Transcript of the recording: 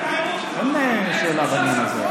אין שאלה בעניין הזה.